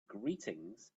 greetings